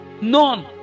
None